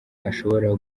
ashobora